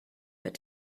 but